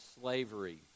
slavery